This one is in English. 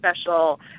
special